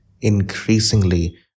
increasingly